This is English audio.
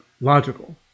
logical